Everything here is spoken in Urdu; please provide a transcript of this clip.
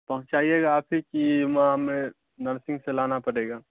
پہنچائیے گا آپ ہی کی وہاں ںںیں نرسنگ سے لانا پڑے گا